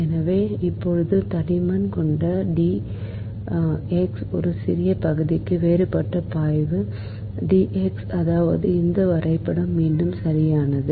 எனவே இப்போது தடிமன் கொண்ட ஒரு சிறிய பகுதிக்கு வேறுபட்ட பாய்வு d x அதாவது இந்த வரைபடம் மீண்டும் சரியானது